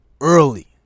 early